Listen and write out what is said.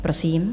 Prosím.